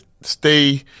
stay